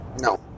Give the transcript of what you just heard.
No